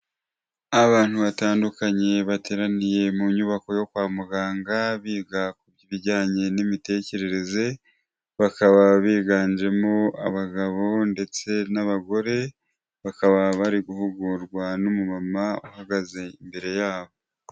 Abantu batandukanye bateraniye mu nyubako yo kwa muganga biga ku bijyanye n'imitekerereze bakaba biganjemo abagabo ndetse n'abagore bakaba bari guhugurwa n'umumama uhagaze imbere yabo.